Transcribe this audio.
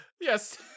Yes